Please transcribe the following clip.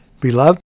Beloved